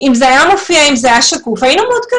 אם זה היה מופיע, אם זה היה שקוף, היינו מעודכנים.